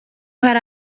hari